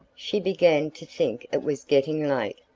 she began to think it was getting late,